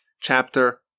chapter